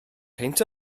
peint